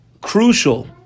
crucial